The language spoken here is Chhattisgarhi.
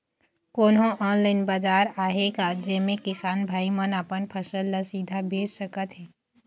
कोन्हो ऑनलाइन बाजार आहे का जेमे किसान भाई मन अपन फसल ला सीधा बेच सकथें?